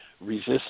resist